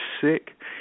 sick